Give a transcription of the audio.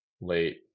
late